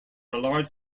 large